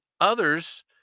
others